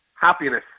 Happiness